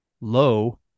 Low